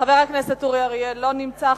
חבר הכנסת אורי אריאל, לא נמצא.